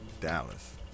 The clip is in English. Dallas